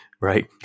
right